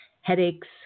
headaches